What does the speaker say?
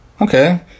okay